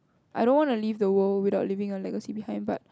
I don't want to leave the world without leaving a legacy behind but